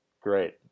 great